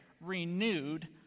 renewed